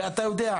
ואתה יודע,